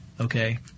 Okay